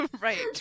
Right